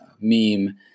meme